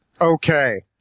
Okay